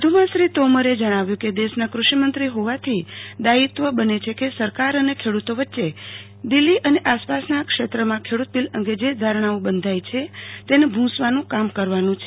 વધુમાં શ્રી તોમર જણાવ્યું કે દેશની ક્રષિમંત્રી હોવાથી દાયિત્વ બને છે કે સરકાર અને ખેડતો વચ્ચે દિલ્હી અને આસપાસના ક્ષેત્રમાં ખેડૂતબીલ અગે જે ધારણાઓ બંધાઈ છે તેને ભ્સવાનુ કામ કરવા નું છે